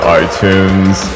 itunes